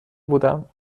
بودم